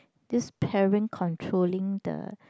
this parent controlling the